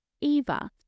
Eva